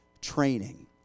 training